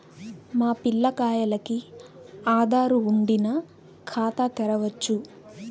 మా పిల్లగాల్లకి ఆదారు వుండిన ఖాతా తెరవచ్చు